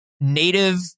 native